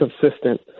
consistent